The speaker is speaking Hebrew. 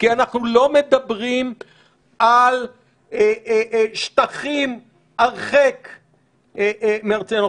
כי אנחנו לא מדברים על שטחים הרחק מארצנו.